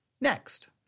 Next